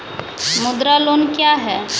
मुद्रा लोन क्या हैं?